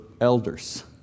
elders